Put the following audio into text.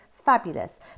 fabulous